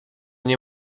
nie